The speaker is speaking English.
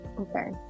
Okay